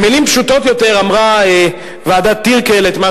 במלים פשוטות יותר אמרה ועדת-טירקל את מה